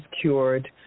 cured